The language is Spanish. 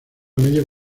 medio